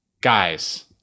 guys